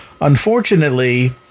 unfortunately